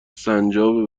سنجابه